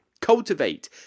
Cultivate